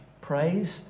praise